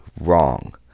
wrong